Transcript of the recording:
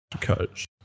Coach